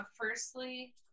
firstly